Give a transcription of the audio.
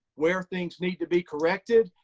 where things need to be corrected.